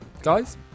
Guys